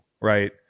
right